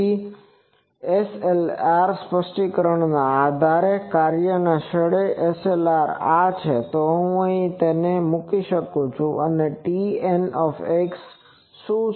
તેથી એસએલઆર સ્પષ્ટીકરણના આધારે કાર્યના સ્થળે એસએલઆર આ છે તો હું તેને અહીં મૂકીશ અને તેથી હું કહી શકું છું કે TN શું છે